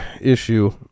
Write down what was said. issue